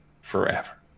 forever